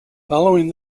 following